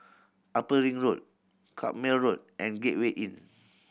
Upper Ring Road Carpmael Road and Gateway Inn